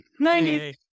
90s